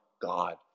God